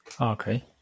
Okay